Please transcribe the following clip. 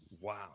Wow